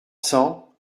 cents